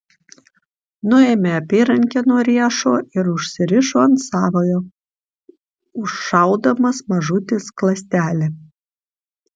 nuėmė apyrankę nuo riešo ir užsirišo ant savojo užšaudamas mažutį skląstelį